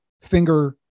finger